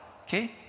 okay